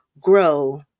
grow